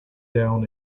down